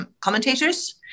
commentators